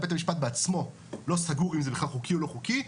בית המשפט עצמו לא סגור אם זה בכלל חוקי או לא חוקי,